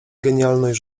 genialność